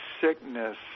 sickness